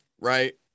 right